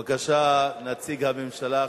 בבקשה, נציג הממשלה.